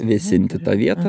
vėsinti tą vietą